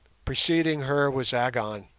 preceding her was agon,